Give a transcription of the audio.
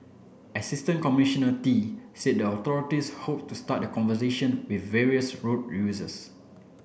Assistant Commissioner Tee said the authorities hoped to start the conversation with various road users